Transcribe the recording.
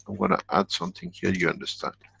i'm gonna add something here you understand.